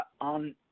on